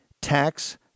Tax